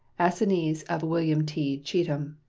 assignees of william t. cheatham.